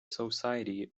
society